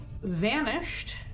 Vanished